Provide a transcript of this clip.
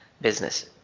business